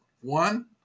One